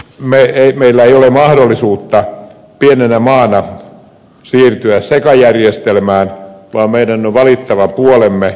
silloin tietenkään meillä ei ole mahdollisuutta pienenä maana siirtyä sekajärjestelmään vaan meidän on valittava puolemme